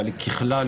ככלל,